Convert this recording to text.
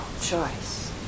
choice